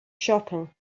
shopping